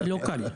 לא קל.